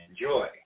enjoy